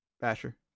Basher